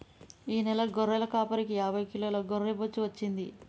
ఈ నెల గొర్రెల కాపరికి యాభై కిలోల గొర్రె బొచ్చు వచ్చింది